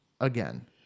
again